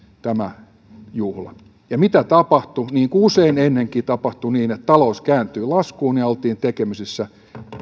tämä juhla ja mitä tapahtui niin kuin usein ennenkin talous kääntyi laskuun ja oltiin tekemisissä